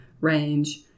range